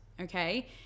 okay